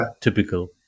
Typical